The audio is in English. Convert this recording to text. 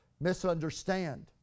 misunderstand